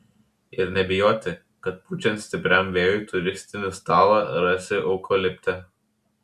ir nebijoti kad pučiant stipriam vėjui turistinį stalą rasi eukalipte